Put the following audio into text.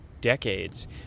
decades